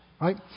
Right